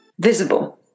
visible